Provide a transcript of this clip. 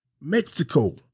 Mexico